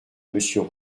monsieur